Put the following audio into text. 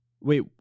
Wait